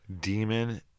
demon